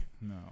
no